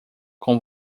com